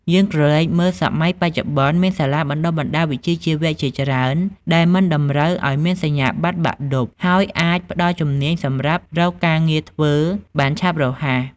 យើងក្រឡេកមើលសម័យបច្ចុប្បន្ន មានសាលាបណ្តុះបណ្តាលវិជ្ជាជីវៈជាច្រើនដែលមិនតម្រូវឲ្យមានសញ្ញាបត្របាក់ឌុប ហើយអាចផ្តល់ជំនាញសម្រាប់រកការងារធ្វើបានឆាប់រហ័ស។